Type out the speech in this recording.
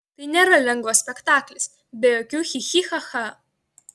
tai nėra lengvas spektaklis be jokių chi chi cha cha